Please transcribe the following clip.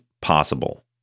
possible